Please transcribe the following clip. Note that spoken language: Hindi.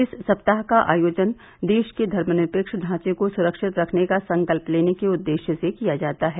इस सप्ताह का आयोजन देश के धर्मनिरपेक्ष ढांचे को सुरक्षित रखने का संकल्प लेने के उद्देश्य से किया जाता है